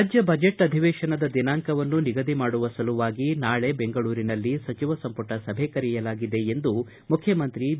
ರಾಜ್ಯ ಬಜೆಟ್ ಅಧಿವೇಶನದ ದಿನಾಂಕವನ್ನುನಿಗದಿಮಾಡುವ ಸಲುವಾಗಿ ನಾಳೆಬೆಂಗಳೂರಿನಲ್ಲಿ ಸಚಿವ ಸಂಪುಟ ಸಭೆ ಕರೆಯಲಾಗಿದೆ ಎಂದು ಮುಖ್ಯಮಂತ್ರಿ ಬಿ